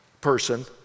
person